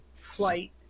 flight